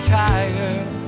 tired